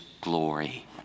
glory